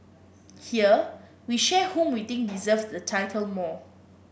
here we share whom we think deserves the title more